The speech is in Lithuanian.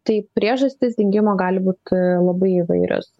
tai priežastis dingimo gali būti labai įvairios